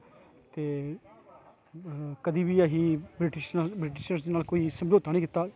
ते कंदे बी असी ब्रटिश नाल ब्रटिशरस नाल कोई समझोता नेईं कीता